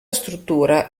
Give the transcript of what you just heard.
struttura